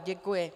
Děkuji.